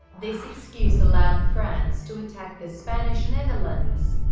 this excuse allowed france to attack the spanish netherlands.